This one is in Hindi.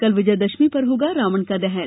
कल विजयादशमी पर होगा रावण दहन